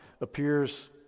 appears